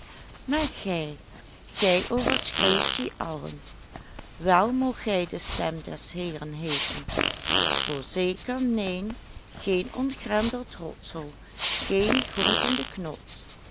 maar gij gij overschreeuwt die allen wel moogt gij de stem des heeren heeten voorzeker neen geen ontgrendeld rotshol geen gonzende knots